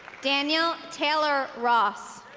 daniel taylor ross